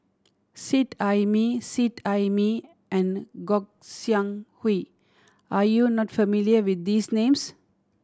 Seet Ai Mee Seet Ai Mee and Gog Sing Hooi are you not familiar with these names